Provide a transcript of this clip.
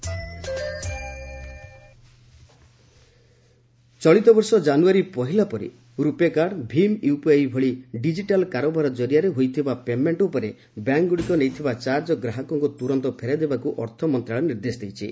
electronic transaction ଚଳିତବର୍ଷ ଜାନୁଆରୀ ପହିଲା ପରେ ରୂପେ କାର୍ଡ ଭୀମ୍ ୟୁପିଆଇ ଭଳି ଡିଜିଟାଲ କାରବାର ଜରିଆରେ ହୋଇଥିବା ପେମେଣ୍ଟ ଉପରେ ବ୍ୟାଙ୍କଗୁଡ଼ିକ ନେଇଥିବା ଚାର୍ଚ୍ଚ ଗ୍ରାହକଙ୍କୁ ତୁରନ୍ତ ଫେରାଇ ଦେବାକୁ ଅର୍ଥ ମନ୍ତ୍ରଣାଳୟ ନିର୍ଦ୍ଦେଶ ଦେଇଛି